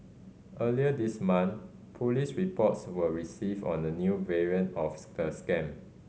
earlier this month police reports were received on a new variant of the scam